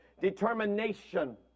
determination